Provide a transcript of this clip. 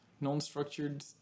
non-structured